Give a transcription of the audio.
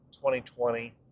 2020